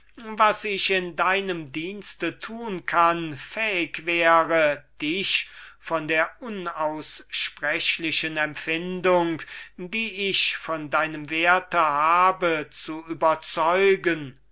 was ich in deinem dienste tun kann fähig sein kann dich von der unaussprechlichen empfindung die ich von deinem werte habe zu überzeugen